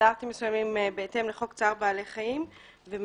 בסטנדרטים מסוימים בהתאם לחוק צער בעלי חיים ומניעת